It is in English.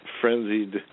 frenzied